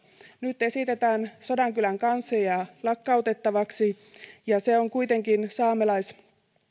nyt esitetään sodankylän kansliaa lakkautettavaksi se on kuitenkin